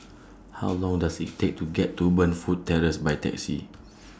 How Long Does IT Take to get to Burnfoot Terrace By Taxi